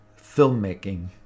filmmaking